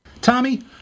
Tommy